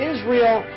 Israel